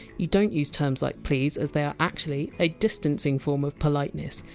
you don't use terms like please, as they are actually a distancing form of politeness.